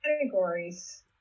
categories